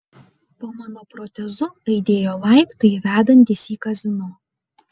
po mano protezu aidėjo laiptai vedantys į kazino